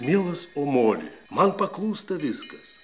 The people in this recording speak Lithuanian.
mielas omoli man paklūsta viskas